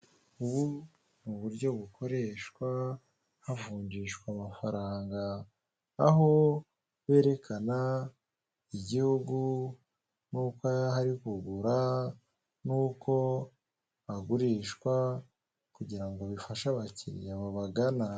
Ubu ni uburyo bukoreshwa havunjishwa amafaranga. Aho berekana igihugu, n'uko aha ari kugura, n'uko agurishwa, kugira ngo bifashe abakiriya babagana.